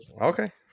Okay